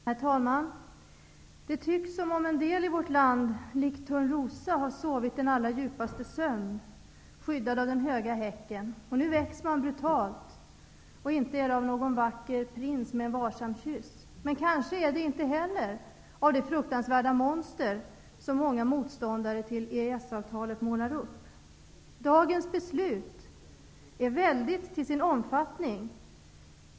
Herr talman! Det tycks som om en del i vårt land likt Törnrosa har sovit den allra djupaste sömn, skyddad av den höga häcken. Nu väcks de brutalt, inte av en vacker prins med en varsam kyss, men kanske är det inte heller av det fruktansvärda monster, som många motståndare till EES-avtalet målar upp. Dagens beslut är väldigt till sin omfattning.